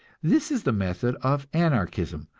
this is the method of anarchism,